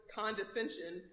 condescension